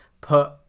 put